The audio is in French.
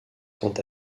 quant